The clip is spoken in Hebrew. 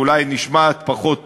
ואולי נשמעת פחות טוב,